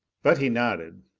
but he nodded.